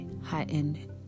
high-end